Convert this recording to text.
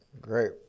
Great